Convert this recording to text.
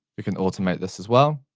we can automate this as well.